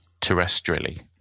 terrestrially